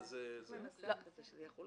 אני רוצה להתייחס